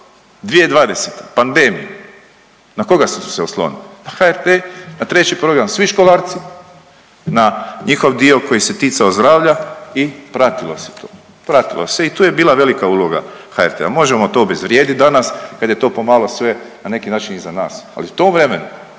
2020., pandemija, na koga su se oslonili? Na HRT-e, na 3. program svi školarci na njihov dio koji se ticao zdravlja i pratilo se to. Pratilo se i tu je bila velika uloga HRT-a. Možemo to obezvrijediti danas kada je to pomalo sve na neki način iza nas. Ali u tom vremenu